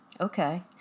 Okay